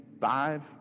five